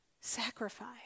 sacrifice